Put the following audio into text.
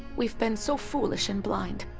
we've been so foolish and blind,